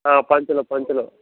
పంచులో పంచులో